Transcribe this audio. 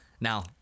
Now